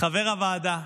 חבר הוועדה.